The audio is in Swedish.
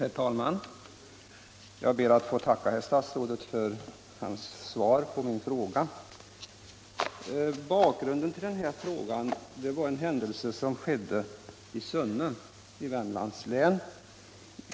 Herr talman! Jag ber att få tacka statsrådet för hans svar på min fråga. Bakgrunden till frågan var en händelse som inträffade i Sunne i Värmlands län.